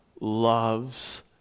loves